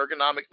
ergonomically